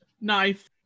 Nice